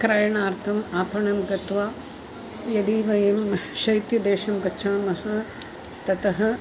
क्रयणार्थम् आपणं गत्वा यदि वयं शैत्यदेशं गच्छामः ततः